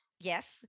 yes